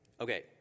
Okay